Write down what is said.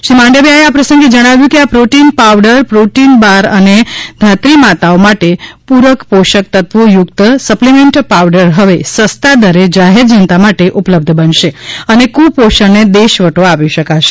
શ્રી માંડવિયા એ આ પ્રસંગે જણાવ્યુ છે કે આ પ્રોટીન પાવડર પ્રોટીનબાર અને ધાત્રીમાતાઓ માટે પૂરક પોષક તત્વો યુક્ત સપ્લિમેન્ટ પાવડર હવે સસ્તા દરે જાહેરજનતા માટે ઉપલબ્ધબનશે અને કુપોષણને દેશવટો આપી શકાશે